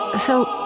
ah so,